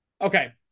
Okay